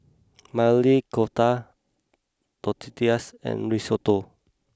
Maili Kofta Tortillas and Risotto